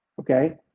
Okay